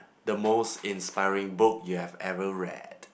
the most inspiring book you have ever read